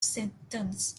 symptoms